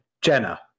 Jenna